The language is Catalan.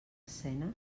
escena